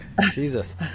Jesus